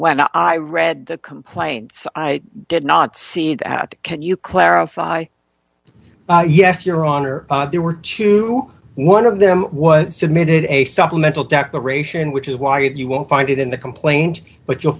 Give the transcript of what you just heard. when i read the complaints i did not see that can you clarify yes your honor there were twenty one of them was submitted a supplemental declaration which is why you won't find it in the complaint but you'll